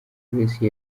grace